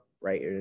right